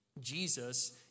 Jesus